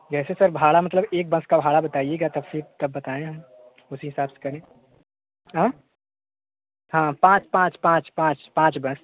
जैसे सर भाड़ा मतलब एक बस का भाड़ा बताइएगा तबसे तब बताएँ हम उसी हिसाब से करें हाँ हाँ पाँच पाँच पाँच पाँच पाँच बार